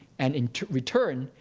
and in return,